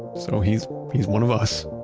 so he's he's one of us.